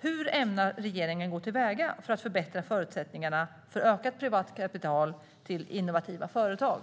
Hur ämnar regeringen gå till väga för att förbättra förutsättningarna för ökat privat kapital till innovativa företag?